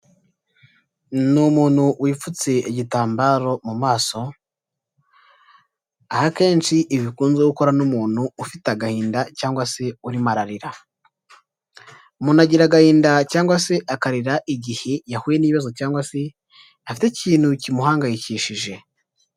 Ni umuntu wipfutse igitambaro mu maso, aho keshi ibi bikunzwe gukora n'umuntu ufite agahinda cyangwa se urimo ararira. Umuntu agira agahinda cyangwa se akarira igihe yahuye n'ibibazo cyangwa se afite ikintu kimuhangayikishije.